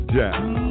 down